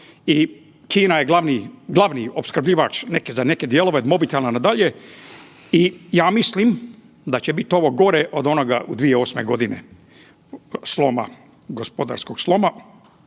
i Kina je glavni opskrbljivač za neke dijelove mobitela na dalje i ja mislim da će biti ovo gore od onoga u 2008. godine sloma, gospodarskog sloma.